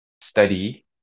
study